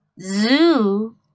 zoo